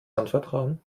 anvertrauen